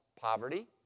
poverty